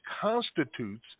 constitutes